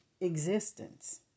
existence